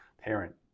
parent